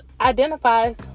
identifies